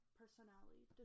personality